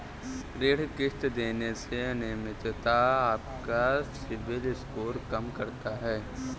ऋण किश्त देने में अनियमितता आपका सिबिल स्कोर कम करता है